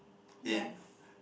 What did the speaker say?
yes